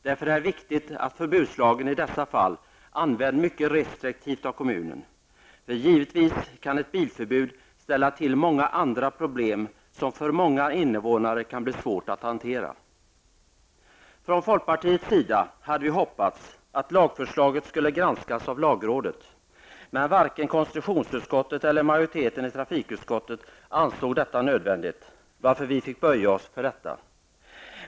Därför är det viktigt att förbudslagen i dessa fall används mycket restriktivt av kommunen, eftersom ett bilförbud givetvis kan ställa till många andra problem, som för många invånare kan bli svåra att hantera. Från folkpartiets sida hade vi hoppats att lagförslaget skulle ha granskats av lagrådet. Men varken konstitutionsutskottet eller majoriteten i trafikutskottet ansåg detta nödvändigt, varför vi fick böja oss.